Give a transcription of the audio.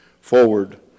forward